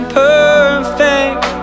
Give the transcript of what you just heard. perfect